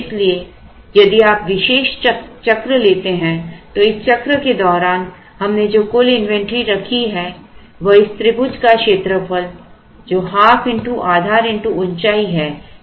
इसलिए यदि आप एक विशेष चक्र लेते हैं तो इस चक्र के दौरान हमने जो कुल इन्वेंट्री रखी है वह इस त्रिभुज का क्षेत्रफल है जो ½ आधार ऊंचाई है इसलिए ½ Q T है